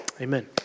Amen